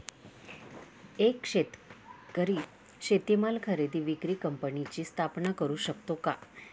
एक शेतकरी शेतीमाल खरेदी विक्री कंपनीची स्थापना करु शकतो का?